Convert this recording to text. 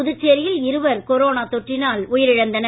புதுச்சேரியில் இருவர் கொரோனா தொற்றினால் உயிரிழந்தனர்